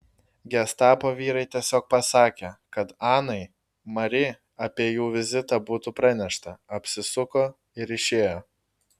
gestapo vyrai tiesiog pasakė kad anai mari apie jų vizitą būtų pranešta apsisuko ir išėjo